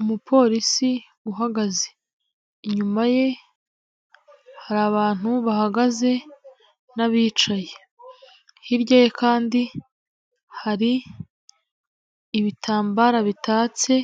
Umupolisi uhagaze, inyuma ye hari abantu bahagaze n'abicaye, hirya kandi hari ibitambara bitatse,